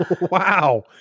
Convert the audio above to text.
Wow